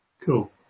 Cool